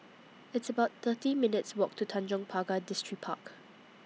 It's about thirty minutes' Walk to Tanjong Pagar Distripark